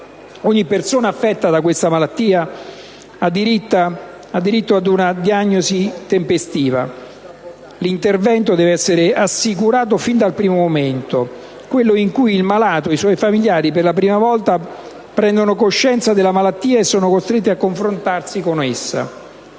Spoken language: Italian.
Ogni persona affetta da tale malattia ha diritto ad una diagnosi tempestiva. L'intervento deve essere assicurato fin dal primo momento, quello in cui il malato e i suoi familiari per la prima volta prendono coscienza della malattia e sono costretti a confrontarsi con essa.